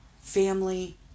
family